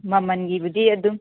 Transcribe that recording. ꯃꯃꯜꯒꯤꯕꯨꯗꯤ ꯑꯗꯨꯝ